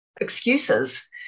excuses